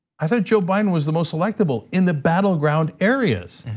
i thought joe biden was the most electable in the battleground areas.